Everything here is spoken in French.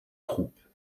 troupes